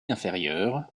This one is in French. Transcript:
inférieure